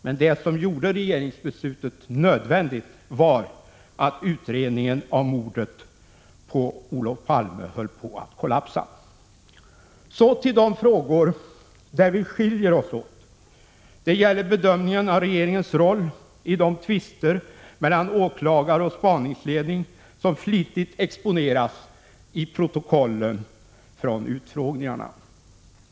Men det som gjorde regeringsbeslutet nödvändigt var att utredningen av mordet på Olof Palme höll på att kollapsa. Så till de frågor där våra uppfattningar skiljer sig åt. Det gäller bl.a. bedömningen av regeringens roll i de tvister mellan åklagare och spaningsledning som flitigt har exponerats i protokollen från utfrågningarna.